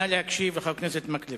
נא להקשיב לחבר הכנסת מקלב.